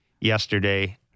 yesterday